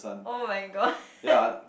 oh-my-god